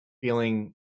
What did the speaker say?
feeling